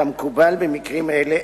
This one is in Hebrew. כמקובל במקרים אלה,